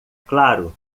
claro